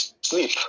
sleep